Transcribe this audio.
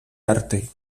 arte